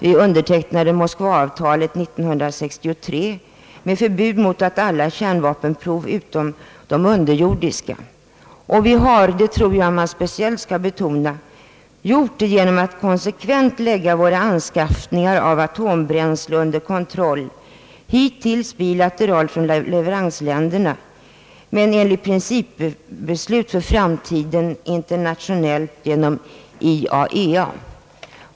Vi undertecknade Moskvaavtalet 1963 med förbud mot alla kärnvapenprov utom de underjordiska. Och vi har — det tror jag man speciellt skall betona — gjort det genom att konsekvent lägga våra anskaffningar av atombränsle under kontroll, hittills bilateralt från leveransländerna men enligt principbeslut för framtiden internationellt genom IAEA.